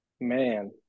Man